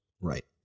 Right